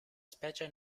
specie